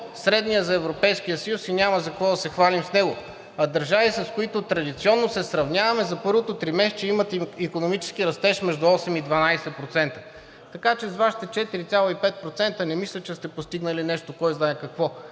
средния за Европейския съюз и няма за какво да се хвалим с него. А държави, с които традиционно се сравняваме, за първото тримесечие имат икономически растеж между 8 и 12%. Така че с Вашите 4,5% не мисля, че сте постигнали нещо кой знае какво.